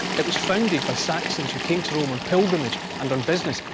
it was founded by saxons who came to rome on pilgrimage and on business,